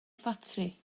ffatri